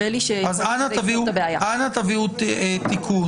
אנא תביאו תיקון.